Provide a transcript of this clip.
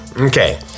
Okay